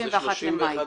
31 במאי.